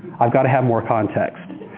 i've got to have more context.